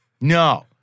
no